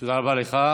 תודה רבה לך.